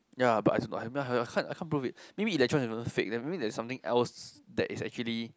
ya but I can't I can't prove it maybe electrons fake maybe there's something else that is actually